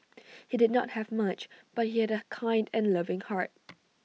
he did not have much but he had A kind and loving heart